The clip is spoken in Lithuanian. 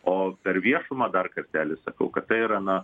o per viešumą dar kartelį sakau kad tai yra na